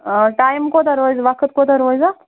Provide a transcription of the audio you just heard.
آ ٹایم کوتاہ روزِ وقت کوتاہ روزِ اَتھ